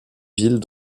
villes